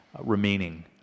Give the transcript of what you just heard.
remaining